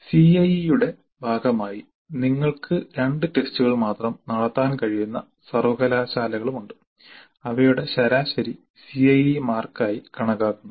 CIE യുടെ ഭാഗമായി നിങ്ങൾക്ക് രണ്ട് ടെസ്റ്റുകൾ മാത്രം നടത്താൻ കഴിയുന്ന സർവ്വകലാശാലകളുണ്ട് അവയുടെ ശരാശരി CIE മാർക്കായി കണക്കാക്കുന്നു